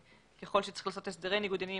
וככל שצריך לעשות הסדרי ניגוד עניינים,